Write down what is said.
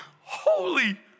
Holy